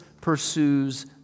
pursues